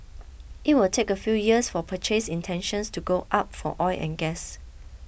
it will take a few years for purchase intentions to go up for oil and gas